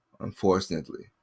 unfortunately